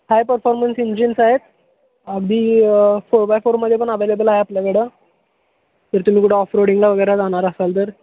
हाय performance engines आहेत अगदी four by फोरमध्ये पण अवेलेबल आहे आपल्याकडं जर तुम्ही कुठं ऑफरोडिंगला वगैरे जाणार असाल तर